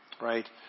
right